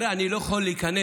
אני לא יכול להיכנס,